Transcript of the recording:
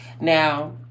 Now